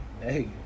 Hey